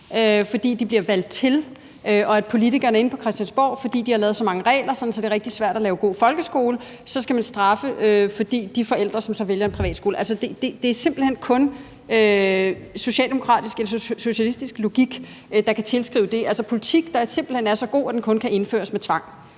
fordi de bliver valgt til, og fordi politikerne inde på Christiansborg har lavet så mange regler, at det er rigtig svært at lave en god folkeskole, skal man straffe de forældre, der så vælger en privatskole. Det er simpelt hen kun en socialistisk logik, der kan tilskrives noget sådant, altså en politik, der simpelt hen er så god, at den kun kan indføres med tvang.